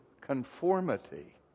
conformity